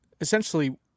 essentially